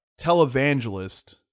televangelist